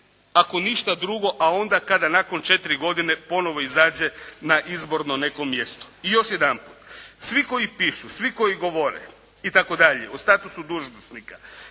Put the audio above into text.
ako ništa drugo, a onda kada nakon četiri godine ponovno izađe na izborno neko mjesto. I još jedanput, svi koji pišu, svi koji govore itd., o statusu dužnosnika